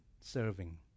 serving